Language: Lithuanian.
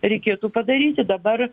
reikėtų padaryti dabar